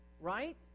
right